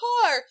car